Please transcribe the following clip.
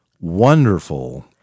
wonderful